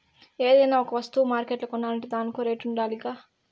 ఏదైనా ఒక వస్తువ మార్కెట్ల కొనాలంటే దానికో రేటుండాలిగా